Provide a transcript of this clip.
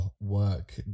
work